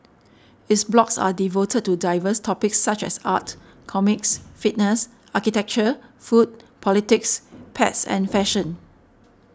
its blogs are devoted to diverse topics such as art comics fitness architecture food politics pets and fashion